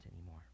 anymore